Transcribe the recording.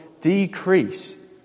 decrease